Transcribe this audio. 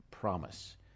promise